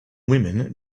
women